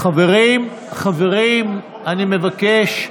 חברים, חברים, אני מבקש.